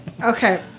Okay